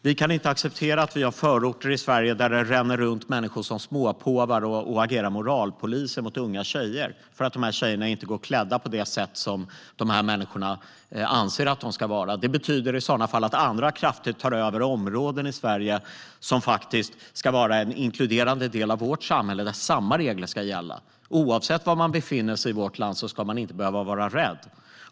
Vi kan inte acceptera att vi har förorter i Sverige där det ränner runt människor som småpåvar och agerar moralpolis mot unga tjejer för att de inte går klädda på det sätt som de här människorna anser att de ska gå klädda. Detta betyder i så fall att andra krafter tar över områden i Sverige, områden som faktiskt ska vara en inkluderande del av vårt samhälle där samma regler ska gälla. Oavsett var man befinner sig i vårt land ska man inte behöva vara rädd.